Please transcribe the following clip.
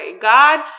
God